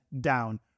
down